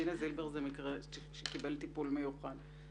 דינה זילבר זה מקרה שקיבל טיפול מיוחד.